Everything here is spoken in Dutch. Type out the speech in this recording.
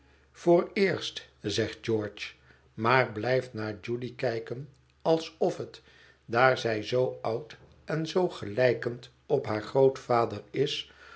vooreerst zegt george maar blijft naar judy kijken alsof het daar zij zoo oud en zoo gelijkend op haar grootvader is